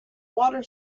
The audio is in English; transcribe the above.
water